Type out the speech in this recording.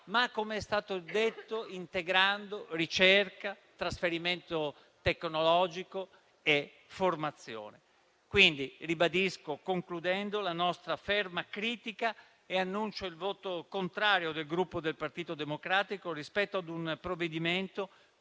ma - come è stato detto - integrando ricerca, trasferimento tecnologico e formazione. Pertanto, ribadisco la nostra ferma critica e annuncio il voto contrario del Gruppo Partito Democratico rispetto a un provvedimento